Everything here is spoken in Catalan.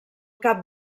cap